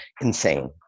insane